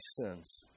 sins